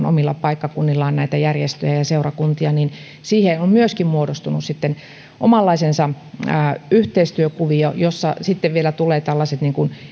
omilla paikkakunnillaan tukemaan näitä järjestöjä ja seurakuntia siihen on myöskin muodostunut omanlaisensa yhteistyökuvio johon sitten vielä tulevat tällaiset